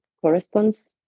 corresponds